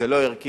זה לא ערכי.